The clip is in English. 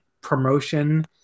promotion